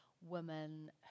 women